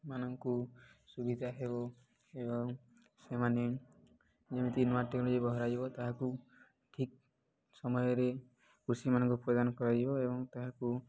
ମାନଙ୍କୁ ସୁବିଧା ହେବ ଏବଂ ସେମାନେ ଯେମିତି ନୂଆ ଟେକ୍ନୋଲୋଜି ବହରାଯିବ ତାହାକୁ ଠିକ ସମୟରେ କୃଷିମାନଙ୍କୁ ପ୍ରଦାନ କରାଯିବ ଏବଂ ତାହାକୁ